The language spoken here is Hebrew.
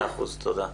בסדר.